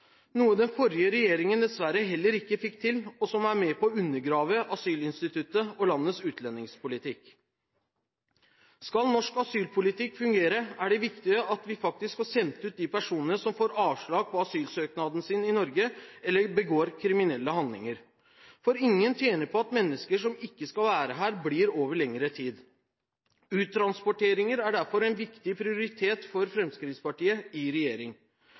noe den forrige regjeringen dessverre heller ikke fikk til og som er med å undergrave asylinstituttet og landets utlendingspolitikk. Skal norsk asylpolitikk fungere, er det viktig at vi faktisk får sendt ut de personene som får avslag på asylsøknaden sin i Norge eller begår kriminelle handlinger. For ingen tjener på at mennesker som ikke skal være her, blir over lengre tid. Uttransporteringer er derfor en viktig prioritet for Fremskrittspartiet i regjering.